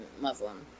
muslim